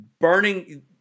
burning